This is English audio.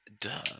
duh